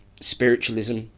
spiritualism